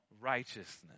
righteousness